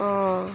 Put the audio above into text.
অঁ